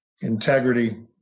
integrity